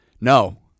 No